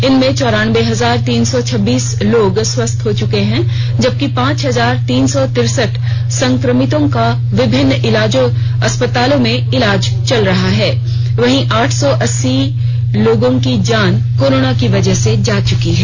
इनमें चौरान्बे हजार तीन सौ छब्बीस लोग स्वस्थ हो चुके हैं जबकि पांच हजार तीन सौ तिरसठ संक्रमितों का विभिन्न अस्पतालों में इलाज चल रहा है वहीं आठ सौ अस्सी लोगों की जान कोरोना की वजह से जा चुकी है